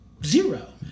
zero